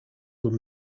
were